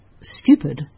stupid